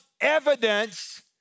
evidence